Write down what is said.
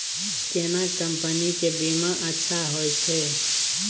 केना कंपनी के बीमा अच्छा होय छै?